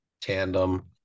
tandem